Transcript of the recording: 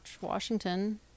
Washington